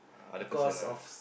other person ah